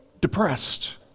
depressed